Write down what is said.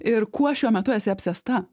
ir kuo šiuo metu esi apsėsta